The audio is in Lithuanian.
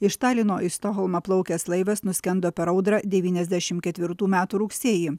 iš talino į stokholmą plaukęs laivas nuskendo per audrą devyniasdešim ketvirtų metų rugsėjį